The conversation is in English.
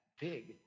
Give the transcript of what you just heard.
big